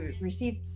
received